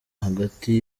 hagati